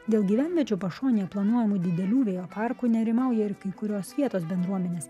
dėl gyvenviečių pašonėje planuojamų didelių vėjo parkų nerimauja ir kai kurios vietos bendruomenės